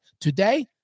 today